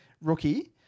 rookie